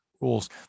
rules